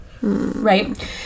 right